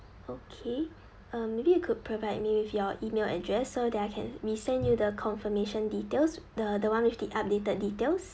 okay uh maybe you could provide me with your email address so that I can resend you the confirmation details the the one with the updated details